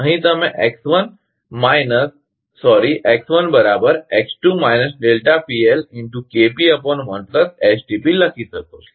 અહીં તમે લખી શકો છો